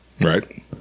Right